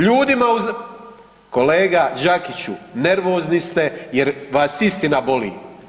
Ljudima, kolega Đakiću, nervozni ste jer vas istina boli.